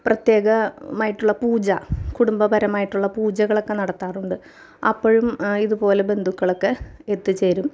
പ്രത്യേകമായിട്ടുള്ള പൂജ കുടുംബ പരമായിട്ടുള്ള പൂജകളൊക്കെ നടത്താറുണ്ട് അപ്പോഴും ഇതുപോലെ ബന്ധുക്കളൊക്കെ എത്തി ചേരും